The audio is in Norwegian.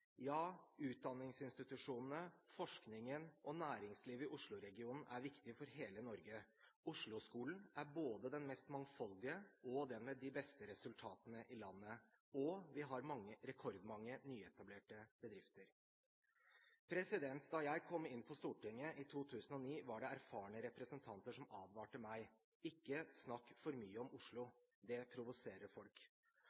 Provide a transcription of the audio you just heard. Ja, utdanningsinstitusjonene, forskningen og næringslivet i Oslo-regionen er viktig for hele Norge. Osloskolen er både den mest mangfoldige og den med de beste resultatene i landet, og vi har rekordmange nyetablerte bedrifter. Da jeg kom inn på Stortinget i 2009, var det erfarne representanter som advarte meg: Ikke snakk for mye om Oslo,